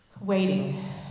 waiting